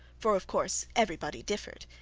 for of course every body differed,